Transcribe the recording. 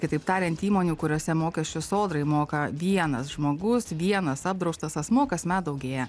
kitaip tariant įmonių kuriose mokesčius sodrai moka vienas žmogus vienas apdraustas asmuo kasmet daugėja